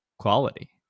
quality